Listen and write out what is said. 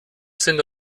sind